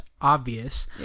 obvious